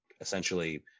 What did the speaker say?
essentially